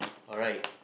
alright